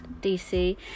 dc